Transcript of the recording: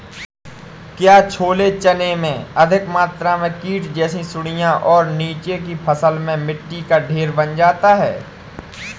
क्या छोले चने में अधिक मात्रा में कीट जैसी सुड़ियां और नीचे की फसल में मिट्टी का ढेर बन जाता है?